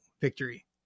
victory